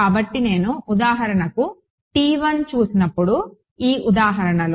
కాబట్టి నేను ఉదాహరణకు చూసినప్పుడు ఈ ఉదాహరణలో